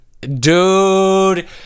dude